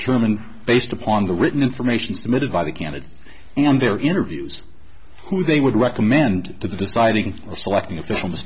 determined based upon the written information submitted by the candidates on their interviews who they would recommend to the deciding selecting official